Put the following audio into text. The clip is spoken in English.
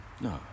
No